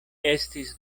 estis